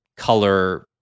color